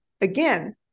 again